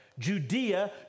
Judea